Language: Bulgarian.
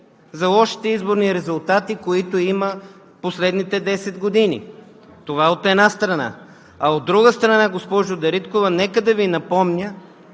за лошите изборни резултати, които има в последните десет години. Това е от една страна. От друга страна, госпожо Дариткова, нека да Ви напомня,